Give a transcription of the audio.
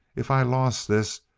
if i lost this,